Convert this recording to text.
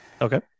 okay